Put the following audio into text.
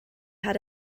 had